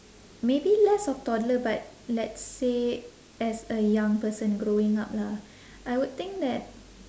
maybe less of toddler but let's say as a young person growing up lah I would think that